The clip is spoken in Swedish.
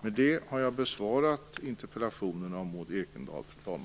Med detta, fru talman, har jag besvarat Maud Ekendahls interpellation.